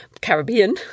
Caribbean